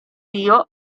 dio